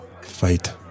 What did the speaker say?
Fight